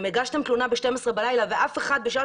אם הגשתם תלונה בשתים-עשרה בלילה ואף אחד בשעה